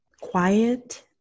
quiet